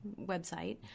website